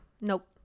nope